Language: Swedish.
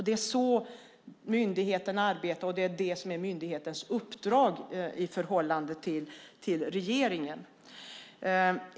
Det är så myndigheten arbetar, och det är det som är myndighetens uppdrag i förhållande till regeringen.